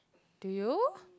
do you